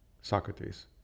Socrates